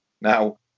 Now